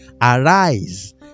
arise